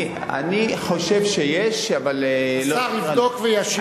אני חושב שיש, אבל, השר יבדוק וישיב לך.